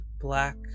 black